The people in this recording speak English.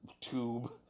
tube